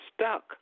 stuck